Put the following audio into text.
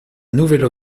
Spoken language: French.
nouvelle